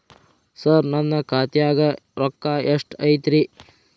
ಸರ ನನ್ನ ಖಾತ್ಯಾಗ ರೊಕ್ಕ ಎಷ್ಟು ಐತಿರಿ?